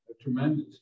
Tremendous